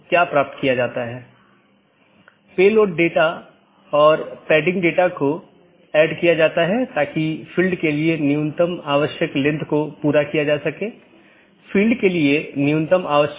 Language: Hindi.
यह मूल रूप से ऑटॉनमस सिस्टमों के बीच सूचनाओं के आदान प्रदान की लूप मुक्त पद्धति प्रदान करने के लिए विकसित किया गया है इसलिए इसमें कोई भी लूप नहीं होना चाहिए